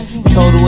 Total